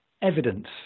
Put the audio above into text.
evidence